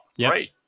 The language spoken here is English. Right